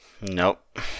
Nope